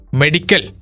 medical